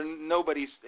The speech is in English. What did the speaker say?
nobody's